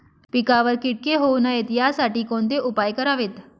पिकावर किटके होऊ नयेत यासाठी कोणते उपाय करावेत?